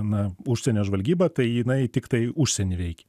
na užsienio žvalgyba tai jinai tiktai užsieny veikė